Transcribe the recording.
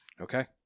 Okay